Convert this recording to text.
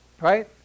right